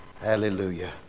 Hallelujah